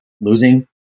losing